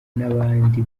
n’abandi